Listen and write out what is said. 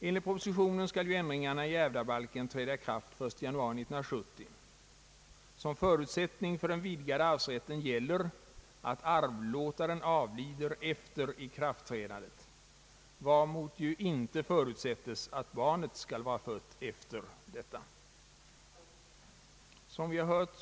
Enligt propositionen skall ju ändringarna i ärvdabalken träda i kraft den 1 januari 1970. Som förutsättning för den vidgade arvsrätten gäller att arvlåtaren avlider efter ikraftträdandet. Däremot förutsättes inte att barnet skall vara fött efter denna tidpunkt.